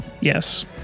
Yes